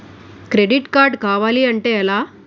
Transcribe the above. Credit card కావాలి అంటే ఎలా?